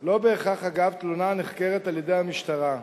לא בהכרח, אגב, תלונה הנחקרת על-ידי המשטרה.